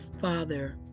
father